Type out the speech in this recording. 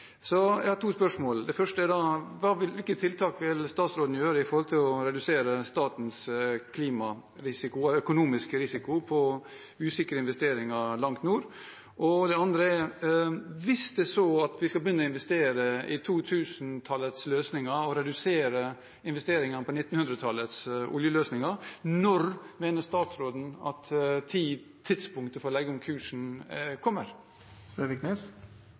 Jeg har to spørsmål. Det første er: Hvilke tiltak vil statsråden gjøre for å redusere statens klimarisiko og økonomiske risiko på usikre investeringer langt nord? Det andre er: Hvis det er så at vi skal begynne å investere i 2000-tallets løsninger og redusere investeringene i 1900-tallets oljeløsninger – når mener statsråden at tidspunktet for å legge om kursen kommer?